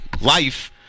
life